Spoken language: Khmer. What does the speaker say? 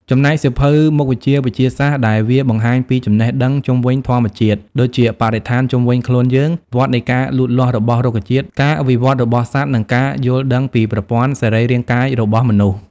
ចំណែក សៀវភៅមុខវិជ្ជាវិទ្យាសាស្ត្រដែលវាបង្ហាញពីចំណេះដឹងជុំវិញធម្មជាតិដូចជាបរិស្ថានជុំវិញខ្លួនយើង វដ្ដនៃការលូតលាស់របស់រុក្ខជាតិ ការវិវត្តរបស់សត្វ និងការយល់ដឹងពីប្រព័ន្ធសរីរាង្គកាយរបស់មនុស្ស។